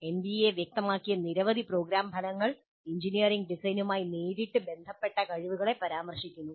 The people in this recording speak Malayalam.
എൻബിഎ വ്യക്തമാക്കിയ നിരവധി പ്രോഗ്രാം ഫലങ്ങൾ എഞ്ചിനീയറിംഗ് ഡിസൈനുമായി നേരിട്ട് ബന്ധപ്പെട്ട കഴിവുകളെ പരാമർശിക്കുന്നു